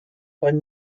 beim